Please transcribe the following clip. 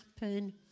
happen